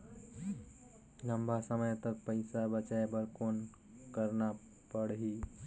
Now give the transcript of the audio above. लंबा समय तक पइसा बचाये बर कौन करना पड़ही?